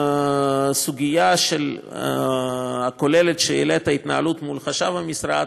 בסוגיה הכוללת שהעלית, ההתנהלות מול חשב המשרד,